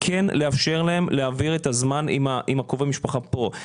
כן לאפשר להם להעביר את הזמן עם קרובי המשפחה פה.